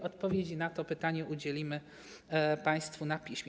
Odpowiedzi na to pytanie udzielimy państwu na piśmie.